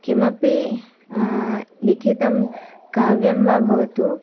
किमपि लिखितं काव्यं वा भवतु